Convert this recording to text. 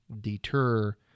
deter